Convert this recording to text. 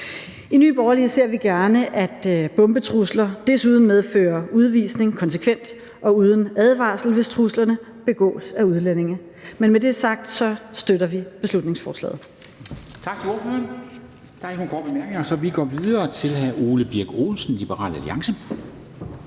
I Nye Borgerlige ser vi gerne, at bombetrusler desuden medfører udvisning konsekvent og uden advarsel, hvis truslerne begås af udlændinge. Med det sagt støtter vi beslutningsforslaget. Kl. 14:00 Formanden (Henrik Dam Kristensen): Tak til ordføreren. Der er ikke nogen korte bemærkninger, så vi går videre til hr. Ole Birk Olesen, Liberal Alliance.